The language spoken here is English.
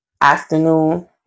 afternoon